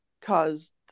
caused